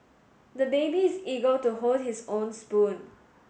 the baby is eager to hold his own spoon